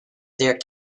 their